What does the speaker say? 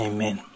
Amen